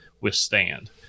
withstand